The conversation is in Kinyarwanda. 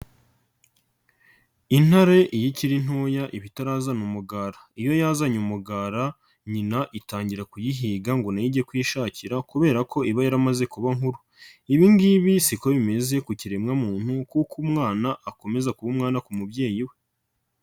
Intare iyo ikiri ntoya iba itarazana umugara, iyo yazanye umugara nyina itangira kuyihiga ngo na yo ijye kwishakira kubera ko iba yaramaze kuba inkuru, ibi ngibi si ko bimeze ku kiremwamuntu kuko umwana akomeza kuba umwana ku mubyeyi we.